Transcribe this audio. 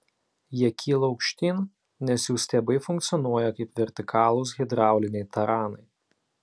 jie kyla aukštyn nes jų stiebai funkcionuoja kaip vertikalūs hidrauliniai taranai